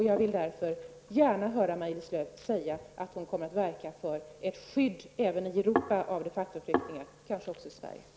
Jag vill därför gärna hör Maj-Lis Lööw säga att hon kommer att verka för ett skydd även i Europa av de facto-flyktingar, kanske också i Sverige.